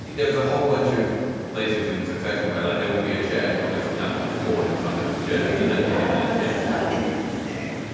there's a whole bunch of places in succession where like there will be a chair and he'll go sit down on the floor in front of the chair. and so interesting.